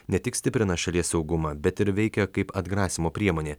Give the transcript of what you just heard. ne tik stiprina šalies saugumą bet ir veikia kaip atgrasymo priemonė